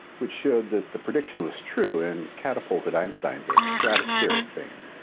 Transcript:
which showed that the prediction was true and catapulted einstein to stratospheric fame.